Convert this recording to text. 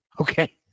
okay